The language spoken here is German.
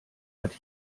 hat